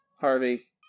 Harvey